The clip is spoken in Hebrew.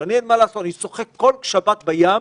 ואני שוחה כל שבת בים,